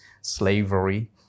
slavery